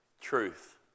truth